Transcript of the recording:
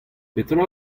petra